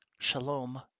Shalom